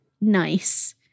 nice